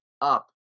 up